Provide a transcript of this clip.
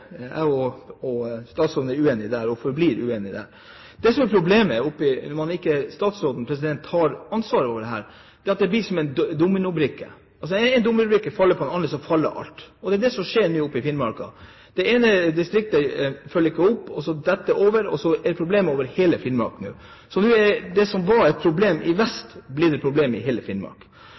og jeg er uenige og forblir uenige. Det som er problemet når statsråden ikke tar ansvaret for dette, er at det blir som dominobrikker, når én dominobrikke faller på en annen, så faller alt. Det er det som nå skjer i Finnmark. Når det ene distriktet ikke følger opp, detter det over, og så er det problemer over hele Finnmark. Det som var et problem i vest, er blitt et problem i hele Finnmark.